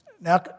Now